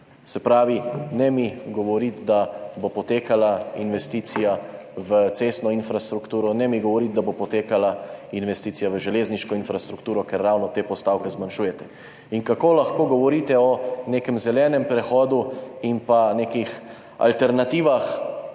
Se pravi, ne mi govoriti, da bo potekala investicija v cestno infrastrukturo, ne mi govoriti, da bo potekala investicija v železniško infrastrukturo, ker ravno te postavke zmanjšujete. In kako lahko govorite o nekem zelenem prehodu in nekih alternativah